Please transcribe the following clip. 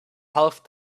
half